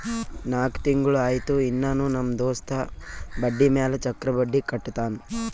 ನಾಕ್ ತಿಂಗುಳ ಆಯ್ತು ಇನ್ನಾನೂ ನಮ್ ದೋಸ್ತ ಬಡ್ಡಿ ಮ್ಯಾಲ ಚಕ್ರ ಬಡ್ಡಿ ಕಟ್ಟತಾನ್